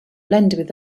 blended